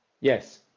Yes